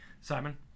simon